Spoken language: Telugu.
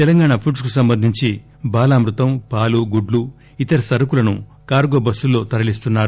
తెలంగాణ ఫుడ్స్ కు సంబంధించి బాలామృతం పాలు గుడ్లు ఇతర సరుకులను కార్గో బస్సుల్లో తరలిస్తున్నారు